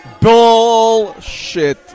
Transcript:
bullshit